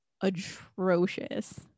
atrocious